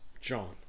John